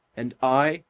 and i,